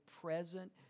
present